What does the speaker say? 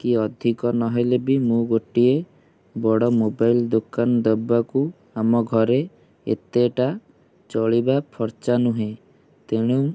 କି ଅଧିକ ନହେଲେ ବି ମୁଁ ଗୋଟିଏ ବଡ ମୋବାଇଲ୍ ଦୋକାନ ଦେବାକୁ ଆମ ଘରେ ଏତେଟା ଚଳିବା ଫର୍ଚା ନୁହେଁ ତେଣୁ